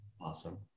Awesome